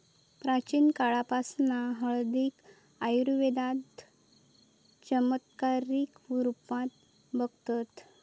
प्राचीन काळापासना हळदीक आयुर्वेदात चमत्कारीक रुपात बघतत